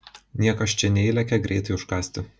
niekas čia neįlekia greitai užkąsti